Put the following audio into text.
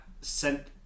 sent